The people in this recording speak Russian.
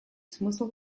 смысл